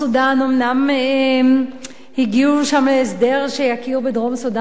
אומנם הגיעו שם להסדר שיכיר בדרום-סודן כמדינה